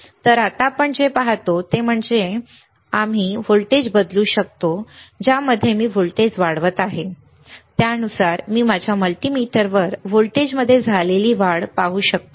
तर आत्ता आपण जे पाहतो ते म्हणजे आम्ही व्होल्टेज बदलू शकतो ज्यामध्ये मी व्होल्टेज वाढवत आहे आणि त्यानुसार मी माझ्या मल्टीमीटरवर व्होल्टेजमध्ये झालेली वाढ पाहू शकतो